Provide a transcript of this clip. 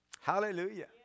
Hallelujah